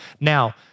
Now